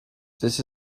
this